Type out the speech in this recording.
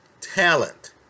talent